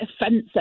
offensive